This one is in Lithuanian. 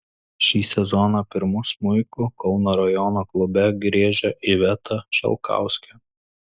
šį sezoną pirmu smuiku kauno rajono klube griežia iveta šalkauskė